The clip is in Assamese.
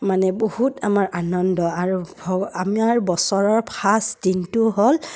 মানে বহুত আমাৰ আনন্দ আৰু ভ আমাৰ বছৰৰ ফাৰ্ষ্ট দিনটো হ'ল